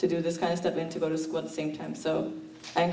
to do this and step in to go to school at the same time so i